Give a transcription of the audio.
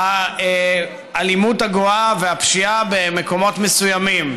האלימות הגואה והפשיעה במקומות מסוימים,